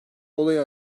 olayı